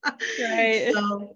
Right